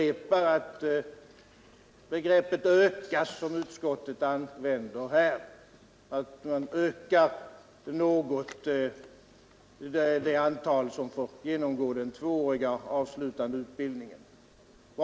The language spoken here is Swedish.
Vad betyder ordet ”ökas” när utskottet talar om att något öka det antal som får genomgå den tvååriga avslutande utbildningen?